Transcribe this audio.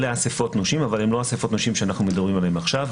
אלה אסיפות נושים אבל הן לא אסיפות נושים שאנחנו מדברים עליהן עכשיו.